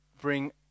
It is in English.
bring